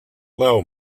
lao